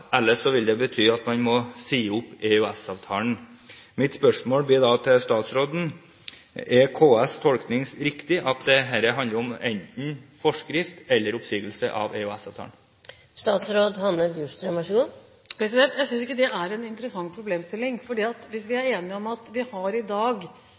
det bety at man måtte si opp EØS-avtalen. Mitt spørsmål til statsråden blir da: Er KS’ tolkning riktig – at dette handler om enten forskrift eller oppsigelse av EØS-avtalen? Jeg synes ikke det er en interessant problemstilling, for vi er enige om at vi, uavhengig av denne forskriften, i dag